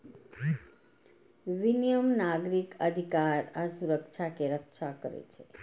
विनियम नागरिक अधिकार आ सुरक्षा के रक्षा करै छै